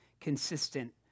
consistent